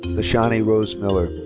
tyshani rose miller.